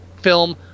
film